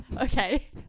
okay